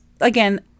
again